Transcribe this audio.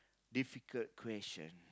difficult question